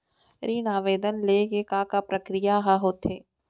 ऋण आवेदन ले के का का प्रक्रिया ह होथे?